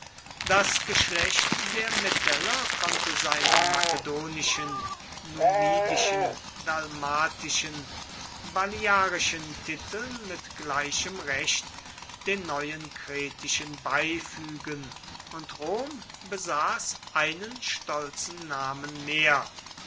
das geschlecht der meteller konnte seinen makedonischen numidischen dalmatischen baliarischen titeln mit gleichem recht den neuen kretischen beifügen und rom besaß einen stolzen namen mehr